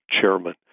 Chairman